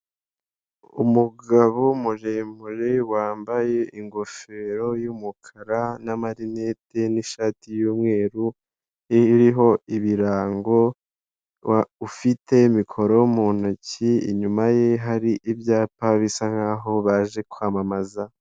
Umugabo muremure, wambaye ingofero y'umukara n'amarinete n'ishati y'umweru iriho ibirango, ufite mikoro mu ntoki, inyuma ye hari ibyapa, bisa nk'aho baje kwamamaza.